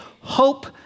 hope